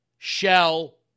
Shell